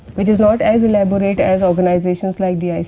which is not as elaborate as organizations like dicrc,